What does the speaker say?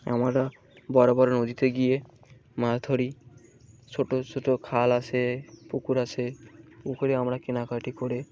আমরা বড়ো বড়ো নদীতে গিয়ে মা ধরি ছোটো ছোটো খাল আসে পুকুর আসে পুকুরে আমরা কেনাকাটি করে